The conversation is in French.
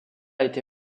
été